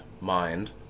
mind